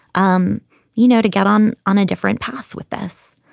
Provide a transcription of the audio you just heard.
um you know, to get on on a different path with this.